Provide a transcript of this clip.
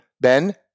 Ben